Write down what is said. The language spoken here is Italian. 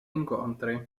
incontri